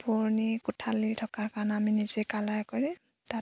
পুৰণী কোঠালি থকাৰ কাৰণে আমি নিজে কালাৰ কৰি তাত